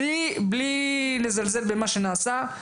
בלי לזלזל במה שנעשה,